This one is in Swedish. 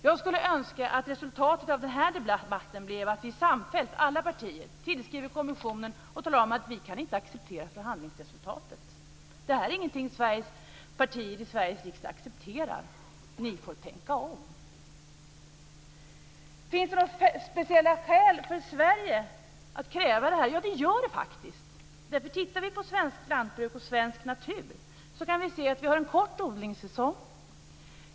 Jag skulle önska att resultatet av den här debatten blev att vi samfällt, alla partier, tillskrev kommissionen och talade om att förhandlingsresultatet inte är någonting som partier i Sveriges riksdag accepterar - ni får tänka om. Finns det några speciella skäl för Sverige att kräva det här? Ja, det gör det faktiskt. Tittar vi på svenskt lantbruk och svensk natur kan vi se att vi har en kort odlingssäsong.